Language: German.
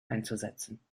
einzusetzen